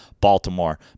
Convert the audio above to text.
Baltimore